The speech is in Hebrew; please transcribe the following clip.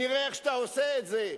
נראה איך אתה עושה את זה.